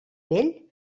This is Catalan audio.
vell